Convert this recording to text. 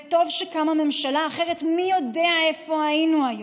וטוב שקמה ממשלה, אחרת מי יודע איפה היינו היום.